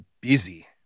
busy